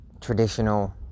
traditional